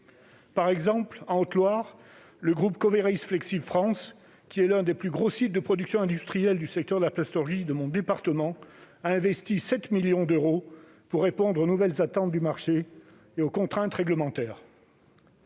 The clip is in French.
Par exemple, en Haute-Loire, le groupe Coveris flexibles France, qui détient l'un des plus gros sites de production industrielle du secteur de la plasturgie de mon département, a investi 7 millions d'euros pour répondre aux nouvelles attentes du marché et aux contraintes réglementaires.